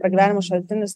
pragyvenimo šaltinis